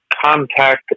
contact